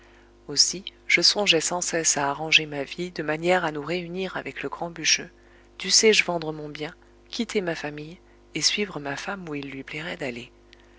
aussi je songeais sans cesse à arranger ma vie de manière à nous réunir avec le grand bûcheux dussé-je vendre mon bien quitter ma famille et suivre ma femme où il lui plairait d'aller